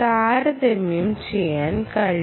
താരതമ്യം ചെയ്യാൻ കഴിയും